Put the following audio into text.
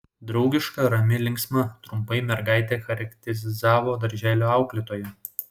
draugiška rami linksma trumpai mergaitę charakterizavo darželio auklėtoja